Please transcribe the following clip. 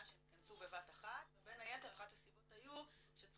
שהם ייכנסו בבת אחת ובין היתר אחת הסיבות היו שצריכות